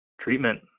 Treatment